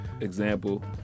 example